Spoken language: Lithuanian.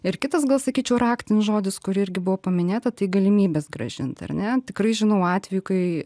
ir kitas gal sakyčiau raktinis žodis kur irgi buvo paminėta tai galimybės grąžint ar ne tikrai žinau atvejų kai